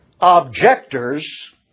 Objectors